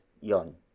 yon